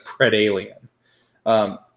Pred-alien